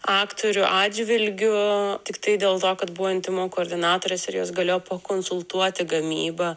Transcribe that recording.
aktorių atžvilgiu tiktai dėl to kad buvo intymumo koordinatorės ir jos galėjo pakonsultuoti gamybą